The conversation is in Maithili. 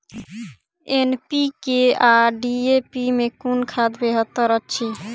एन.पी.के आ डी.ए.पी मे कुन खाद बेहतर अछि?